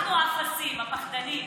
אנחנו האפסים, הפחדנים.